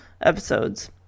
episodes